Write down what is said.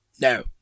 No